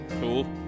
Cool